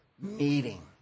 meeting